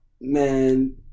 Man